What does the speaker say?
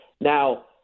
Now